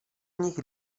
nich